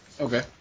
Okay